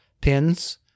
pins